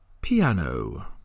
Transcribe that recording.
piano